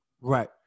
Right